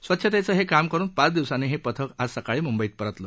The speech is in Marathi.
स्वच्छतेचं हे काम करून पाच दिवसांनी हे पथक आज सकाळी मुंबईत परतलं